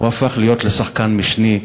הוא הפך להיות לשחקן משני,